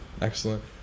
Excellent